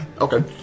Okay